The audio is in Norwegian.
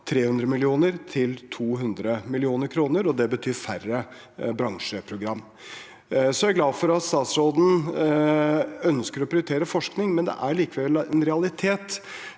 300 mill. kr til 200 mill. kr, og det betyr færre bransjeprogram. Jeg er glad for at statsråden ønsker å prioritere forskning, men det er likevel en realitet